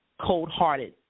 cold-hearted